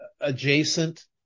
adjacent